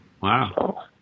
wow